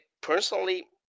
personally